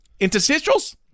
Interstitials